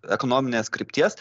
ekonominės krypties